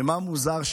ומה מוזר?